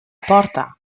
porta